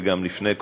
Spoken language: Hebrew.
וגם לפני,